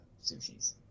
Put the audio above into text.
sushis